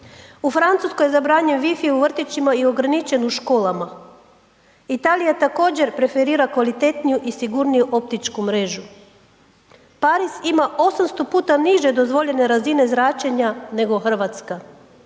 U Francuskoj je zabranjen wi fi u vrtićima i ograničen u školama. Italija također preferira kvalitetniju i sigurniju optičku mrežu. Pariz ima 800 puta niže dozvoljene razine zračenja nego Hrvatska.